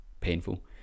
painful